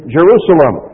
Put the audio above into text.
Jerusalem